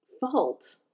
fault